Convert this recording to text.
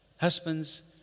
Husbands